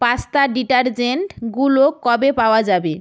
pasta ডিটারজেন্টগুলো কবে পাওয়া যাবে